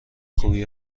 خوبی